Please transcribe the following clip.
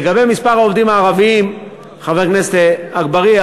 לגבי מספר העובדים הערבים, חבר הכנסת אגבאריה,